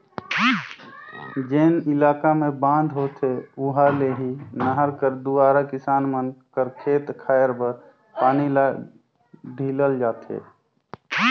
जेन इलाका मे बांध होथे उहा ले ही नहर कर दुवारा किसान मन कर खेत खाएर बर पानी ल ढीलल जाथे